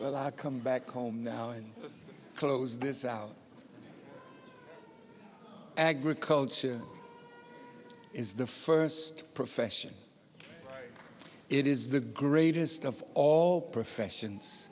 to come back home now and close this out agriculture is the first profession it is the greatest of all professions